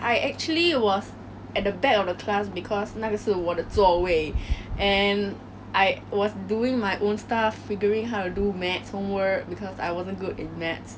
and I didn't know what that was but I just continue doing 我的 maths homework because at that point of time that was really what mattered to me the most err so what what happened